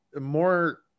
more